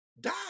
die